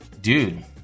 Dude